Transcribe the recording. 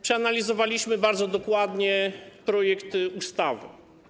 Przeanalizowaliśmy bardzo dokładnie projekt ustawy.